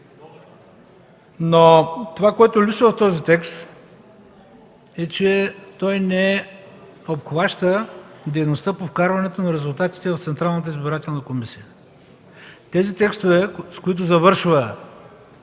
Това, което липсва в този текст, е, че той не обхваща дейността по вкарването на резултатите в Централната избирателна комисия. Тези текстове, с които завършва